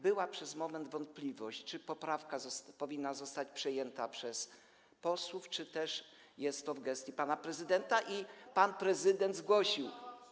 Była przez moment wątpliwość, czy poprawka powinna zostać przejęta przez posłów, czy też jest to w gestii pana prezydenta, i pan prezydent zgłosił.